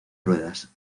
ruedas